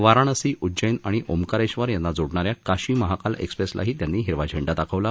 वाराणसी उज्जैन आणि ओमकारेबर यांना जोडणाऱ्या काशी महाकाल एक्सप्रेसलाही त्यांनी हिरवा झेंडा दाखवला